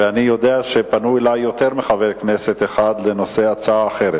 ואני יודע שפנה אלי יותר מחבר כנסת אחד לנושא הצעה אחרת,